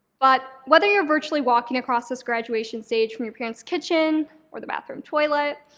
but whether you're virtually walking across this graduation stage from your parents' kitchen or the bathroom toilet,